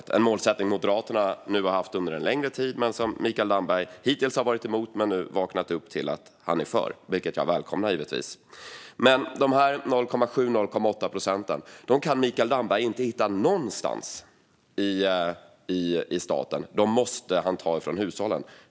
Det är en målsättning som Moderaterna nu har haft under en längre tid men som Mikael Damberg hittills har varit emot - men som han nu vaknat upp till att han är för, vilket jag givetvis välkomnar. Dessa 0,7 eller 0,8 procent kan Mikael Damberg inte hitta någonstans i staten. Dem måste han ta från hushållen.